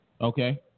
Okay